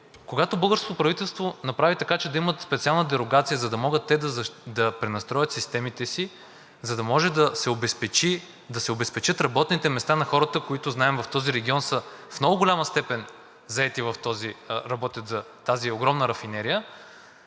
когато българското правителство направи така, че да имат специална дерогация, за да могат те да пренастроят системите си, за да може да се обезпечат работните места на хората, които, знаем, в този регион в много голяма степен работят за тази огромна рафинерия,